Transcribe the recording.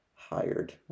Hired